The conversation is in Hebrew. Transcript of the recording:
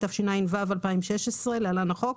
התשע"ו-2016 (להלן החוק),